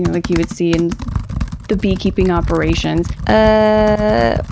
like you would see in the beekeeping operations. ah